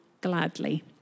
gladly